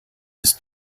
ist